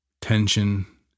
tension